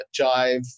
Jive